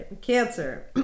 cancer